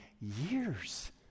years